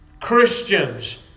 Christians